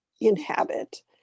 inhabit